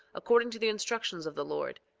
according to the instructions of the lord.